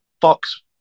Fox